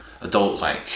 adult-like